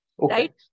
Right